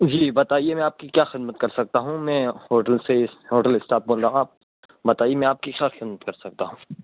جی بتائیے میں آپ کی کیا خدمت کر سکتا ہوں میں ہوٹل سے ہوٹل اسٹاف بول رہا ہوں آپ بتائیے میں آپ کی کیا خدمت کر سکتا ہوں